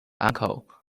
uncle